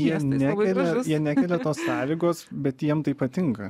jie nekelia jie nekelia tos sąlygos bet jiem tai patinka